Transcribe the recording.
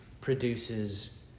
produces